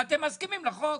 אתם מסכימים לחוק.